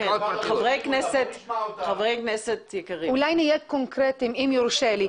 ------ חברי כנסת יקרים -- אולי נהיה קונקרטיים אם יורשה לי.